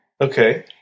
Okay